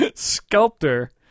Sculptor